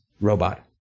robot